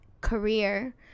career